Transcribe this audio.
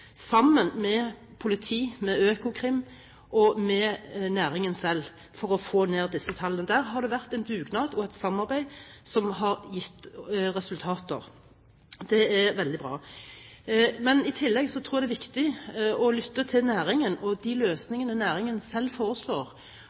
sammen med politiet, med Økokrim og med næringen selv, for å få ned tallene. Der har det vært en dugnad og et samarbeid som har gitt resultater. Det er veldig bra. Men i tillegg tror jeg det er viktig å lytte til næringen og de løsningene næringen selv foreslår,